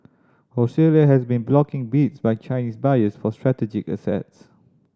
Australia has been blocking bids by Chinese buyers for strategic assets